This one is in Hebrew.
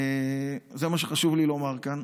זה מה שחשוב לי לומר כאן.